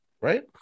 right